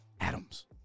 Adams